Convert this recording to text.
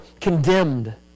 condemned